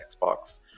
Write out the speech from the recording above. Xbox